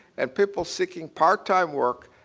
and people seeking part-time work,